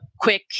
quick